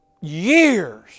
years